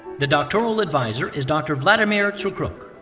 the doctoral advisor is dr. vladmir tsukruk.